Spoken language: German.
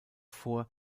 vor